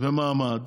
ומעמד